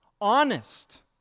honest